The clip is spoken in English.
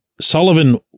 Sullivan